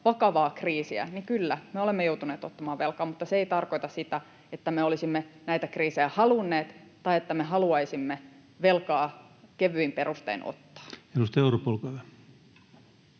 vakavaa kriisiä, kyllä, me olemme joutuneet ottamaan velkaa. Mutta se ei tarkoita sitä, että me olisimme näitä kriisejä halunneet tai että me haluaisimme velkaa kevyin perustein ottaa. Edustaja Orpo, olkaa